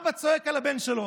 האבא צועק על הבן שלו.